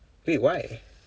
wait why